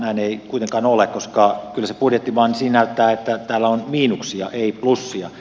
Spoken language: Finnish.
näin ei kuitenkaan ole koska kyllä se budjetti vain siltä näyttää että täällä on miinuksia ei plussia